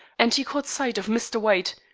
and he caught sight of mr. white,